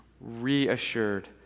reassured